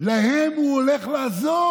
להם הוא הולך לעזור.